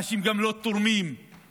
אנשים גם לא תורמים בצבא,